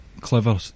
clever